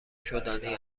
شدنی